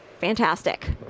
Fantastic